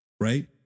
Right